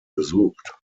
besucht